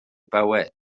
bywyd